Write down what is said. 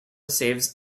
saves